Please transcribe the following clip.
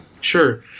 sure